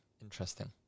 interesting